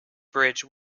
bridge